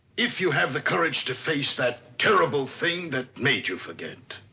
if you have the courage to face that terrible thing that made you forget.